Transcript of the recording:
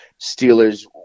Steelers